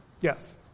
yes